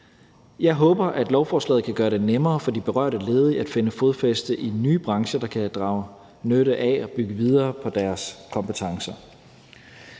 Jeg håber, at lovforslaget kan gøre det nemmere for de berørte ledige at finde fodfæste i nye brancher, der kan drage nytte af og bygge videre på deres kompetencer.